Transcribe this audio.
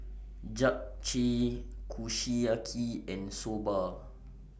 Japchae Kushiyaki and Soba